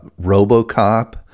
Robocop